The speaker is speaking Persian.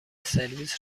سرویس